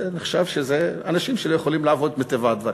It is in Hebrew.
זה נחשב שזה אנשים שלא יכולים לעבוד מטבע הדברים.